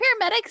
paramedics